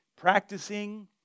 practicing